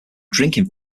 drinking